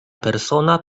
persona